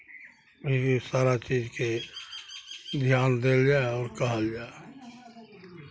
ई जे सारा चीजके ध्यान देल जाय आओर कहल जाय